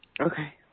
Okay